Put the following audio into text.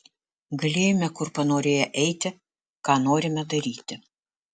galėjome kur panorėję eiti ką norime daryti